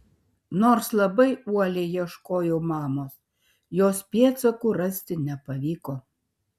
nors labai uoliai ieškojau mamos jos pėdsakų rasti nepavyko